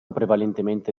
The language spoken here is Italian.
prevalentemente